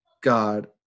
God